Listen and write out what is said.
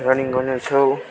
running गर्नेछौँ